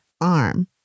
arm